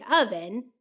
oven